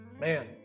man